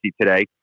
today